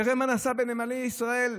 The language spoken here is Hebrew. תראה מה נעשה בנמלי ישראל,